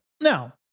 Now